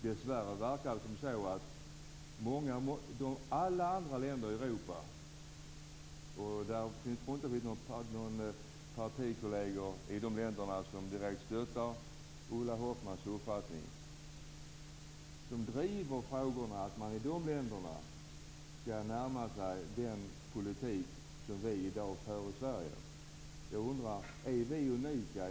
Dessvärre verkar det inte som att några andra länder i Europa - jag tror inte att några partikolleger i dessa länder stöder Ulla Hoffmanns uppfattning - driver den frågan att de skall närma sig den politik som vi i dag för i Sverige. Då undrar jag: Är vi unika?